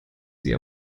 sie